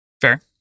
Fair